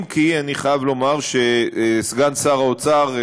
אם כי אני חייב לומר שסגן שר האוצר,